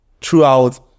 throughout